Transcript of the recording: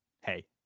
Hey